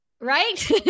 Right